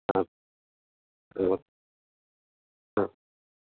आम् आं हा